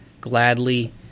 gladly